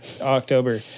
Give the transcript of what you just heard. October